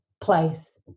place